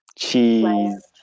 Cheese